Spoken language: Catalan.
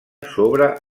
sobre